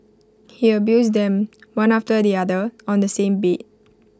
he abused them one after the other on the same bed